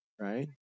right